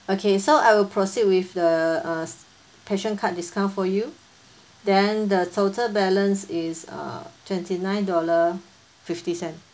okay so I will proceed with the uh passion card discount for you then the total balance is uh twenty-nine dollars fifty cents